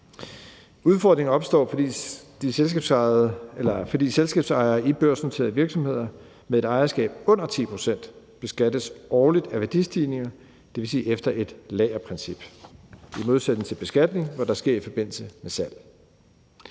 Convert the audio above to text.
Udfordringen opstår, fordi selskabsejere i børsnoterede virksomheder med et ejerskab på under 10 pct. beskattes årligt af værdistigninger, dvs. efter et lagerprincip, i modsætning til beskatning, der sker i forbindelse med salg.